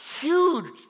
huge